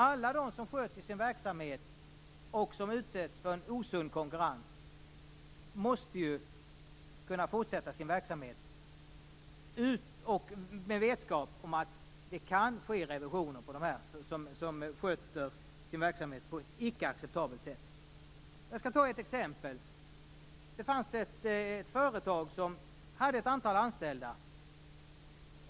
Alla de som sköter sin verksamhet, och som utsätts för en osund konkurrens, måste ju kunna fortsätta sin verksamhet med vetskap om att det kan ske revisioner på dem som sköter sin verksamhet på ett icke-acceptabelt sätt. Jag skall ta ett exempel. Det fanns ett företag som hade ett antal anställda.